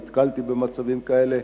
נתקלתי במצבים כאלה.